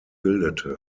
bildete